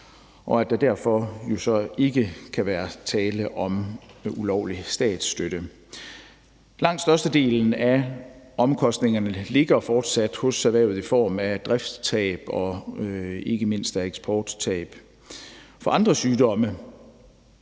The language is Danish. hvorfor der så ikke kan være tale om ulovlig statsstøtte. Langt størstedelen af omkostningerne ligger fortsat hos erhvervet i form af driftstab og ikke mindst eksporttab. For andre sygdomme